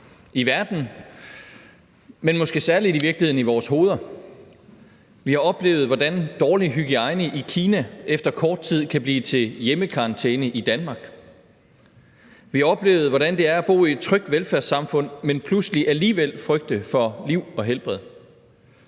i verden, men måske i virkeligheden særlig i vores hoveder. Vi har oplevet, hvordan en dårlig hygiejne i Kina efter kort tid kan blive til hjemmekarantæne i Danmark. Vi har oplevet, hvordan det er at bo i et trygt velfærdssamfund, men pludselig alligevel frygte for liv og helbred.